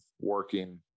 working